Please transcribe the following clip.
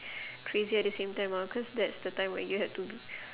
crazy at the same time ah cause that's the time where you had to